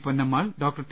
Ponnammal doctor T